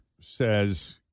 says